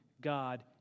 God